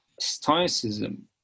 Stoicism